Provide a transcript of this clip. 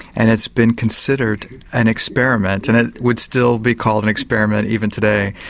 and it's been considered an experiment and it would still be called an experiment even today,